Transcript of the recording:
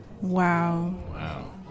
wow